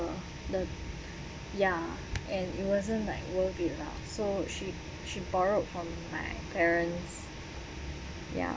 the ya and it wasn't like worth it lah so she she borrowed from like parents ya